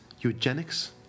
eugenics